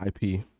IP